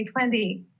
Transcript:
2020